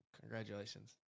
Congratulations